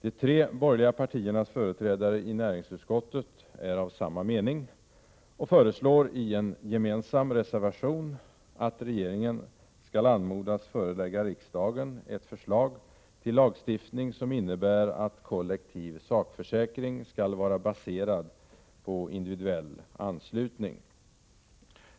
De tre borgerliga partiernas företrädare i näringsutskottet är av samma mening och föreslår i en gemensam reservation att regeringen skall anmodas förelägga riksdagen ett förslag till lagstiftning, som innebär att kollektiv sakförsäkring skall vara baserad på individuell anslutning.